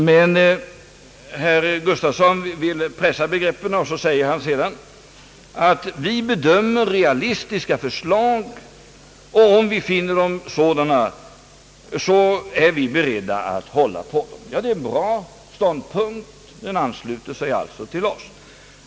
Men herr Gustafsson vill pressa begreppen och säger att centern bedömer realistiska förslag — om man finner sådana, så är man beredd att stödja dem. Det är en bra ståndpunkt. Den ansluter sig till vår.